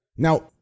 Now